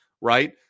right